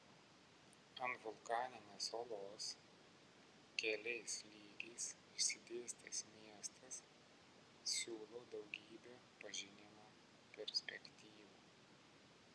ant vulkaninės uolos keliais lygiais išsidėstęs miestas siūlo daugybę pažinimo perspektyvų